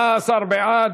17 בעד.